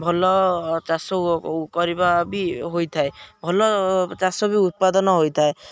ଭଲ ଚାଷ କରିବା ବି ହୋଇଥାଏ ଭଲ ଚାଷ ବି ଉତ୍ପାଦନ ହୋଇଥାଏ